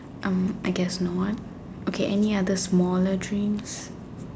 um I guess no one okay any other smaller drinks